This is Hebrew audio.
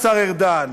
השר ארדן,